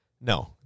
No